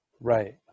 Right